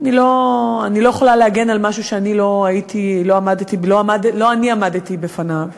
אני לא יכולה להגן על משהו שלא אני עמדתי בפניו.